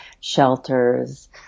shelters